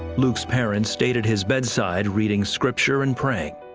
luke's parents stayed at his bedside, reading scripture and praying.